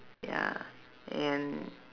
ya and